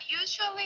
usually